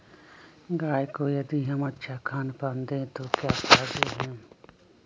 गाय को यदि हम अच्छा खानपान दें तो क्या फायदे हैं?